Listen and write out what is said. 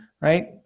right